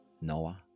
Noah